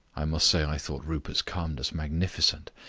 i must say i thought rupert's calmness magnificent.